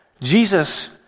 Jesus